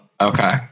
okay